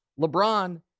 LeBron